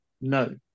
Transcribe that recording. No